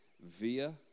via